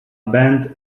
band